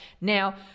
now